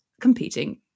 competing